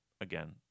again